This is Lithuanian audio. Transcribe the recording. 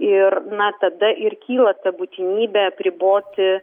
ir na tada ir kyla ta būtinybė apriboti